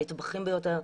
הנטבחים ביותר,